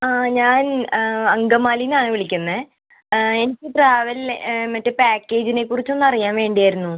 ആ ഞാൻ അങ്കമാലിയിൽ നിന്നാണ് വിളിക്കുന്നത് എനിക്ക് ട്രാവൽ മറ്റേ പാക്കേജിനെ കുറിച്ചൊന്ന് അറിയാൻ വേണ്ടിയായിരുന്നു